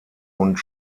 und